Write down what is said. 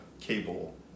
cable